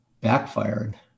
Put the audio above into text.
backfired